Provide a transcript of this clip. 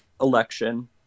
election